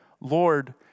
Lord